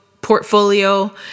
portfolio